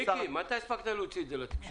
מיקי, מתי הספקת להוציא את זה לתקשורת?